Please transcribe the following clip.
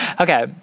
Okay